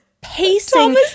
pacing